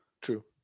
true